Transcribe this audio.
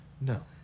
No